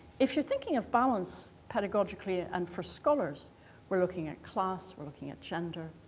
if you're thinking of balance pedagogically and for scholars we're looking at class, we're looking at gender.